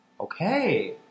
Okay